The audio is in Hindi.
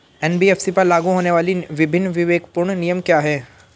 एन.बी.एफ.सी पर लागू होने वाले विभिन्न विवेकपूर्ण नियम क्या हैं?